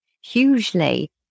hugely